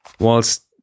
Whilst